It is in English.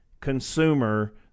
consumer